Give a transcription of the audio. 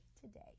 today